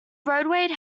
roadway